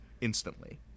instantly